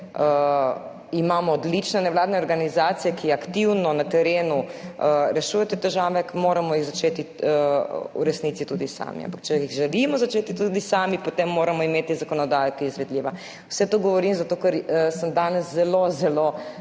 Imamo odlične nevladne organizacije, ki aktivno na terenu rešujejo težave, moramo jih začeti v resnici tudi sami. Ampak če jih želimo začeti tudi sami, potem moramo imeti zakonodajo, ki je izvedljiva. Vse to govorim zato, ker sem danes zelo, zelo